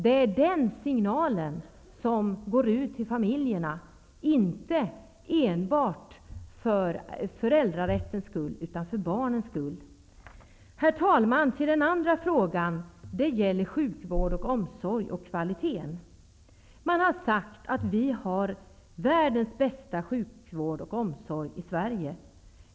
Det är den signalen som går ut till familjerna, inte enbart för föräldrarättens skull utan för barnens skull. Herr talman! Så till den andra frågan, som gäller kvalitet i sjukvård och omsorg. Man har sagt att vi har världens bästa sjukvård och omsorg i Sverige.